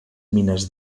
mines